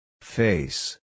Face